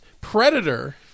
Predator